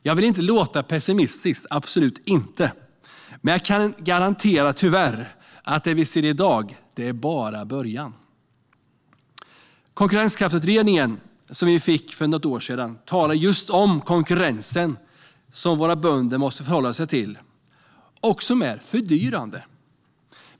Jag vill absolut inte låta pessimistisk, men jag kan tyvärr garantera att det vi ser i dag bara är början. Konkurrenskraftsutredningen, som vi fick för något år sedan, talade just om den konkurrens som våra bönder måste förhålla sig till och som är fördyrande.